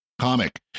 comic